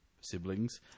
siblings